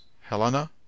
Helena